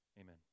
Amen